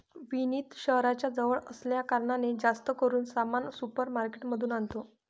विनीत शहराच्या जवळ असल्या कारणाने, जास्त करून सामान सुपर मार्केट मधून आणतो